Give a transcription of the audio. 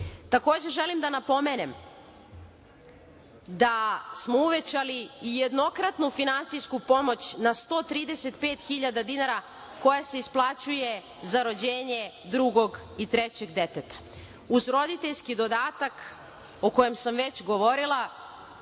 želim da napomenem da smo uvećali i jednokratnu finansijsku pomoć na 135.000 dinara koja se isplaćuje za rođenje drugog i trećeg deteta. Uz roditeljski dodatak o kojem sam već govorila